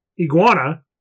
iguana